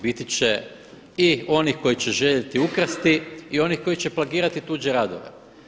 Biti će i onih koji će željeti ukrasti i onih koji će plagirati tuđe radove.